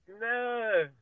no